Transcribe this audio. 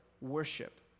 worship